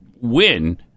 win